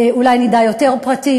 אולי נדע יותר פרטים.